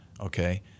okay